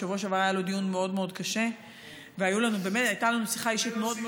בשבוע שעבר היה לו דיון מאוד מאוד קשה והייתה לנו שיחה אישית מאוד,